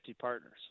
partners